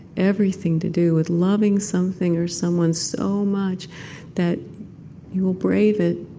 everything to do with loving something or someone so much that you will brave it